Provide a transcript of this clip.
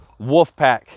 Wolfpack